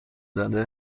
زده